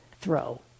throw